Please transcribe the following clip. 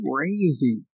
Crazy